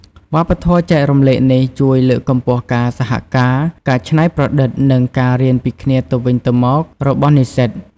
វប្បធម៌ចែករំលែកនេះ ជួយលើកកម្ពស់ការសហការ ការច្នៃប្រឌិត និងការរៀនពីគ្នាទៅវិញទៅមករបស់និស្សិត។